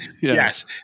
Yes